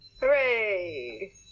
hooray